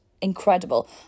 incredible